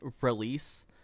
release